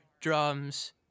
drums